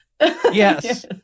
Yes